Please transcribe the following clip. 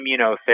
immunotherapy